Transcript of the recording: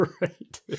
Right